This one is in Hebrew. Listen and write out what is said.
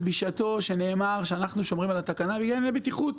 בשעתו נאמר ששומרים על התקנה בגלל ענייני בטיחות.